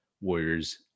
Warriors